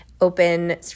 open